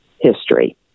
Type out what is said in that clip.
history